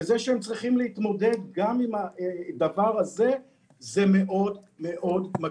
זה שהם צריכים להתמודד גם עם הדבר הזה זה מאוד מקשה.